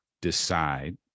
decide